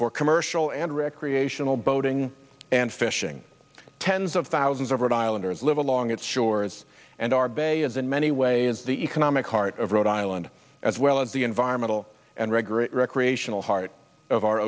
for commercial and recreational boating and fishing tens of thousands of rhode islanders live along its shores and are bay as in many ways the economic heart of rhode island as well as the environmental and regular recreational heart of our